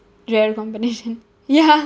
rare combination ya